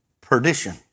perdition